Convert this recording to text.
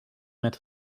met